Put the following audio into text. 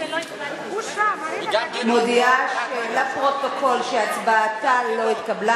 מודיעה לפרוטוקול שהצבעתה לא התקבלה.